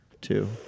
Two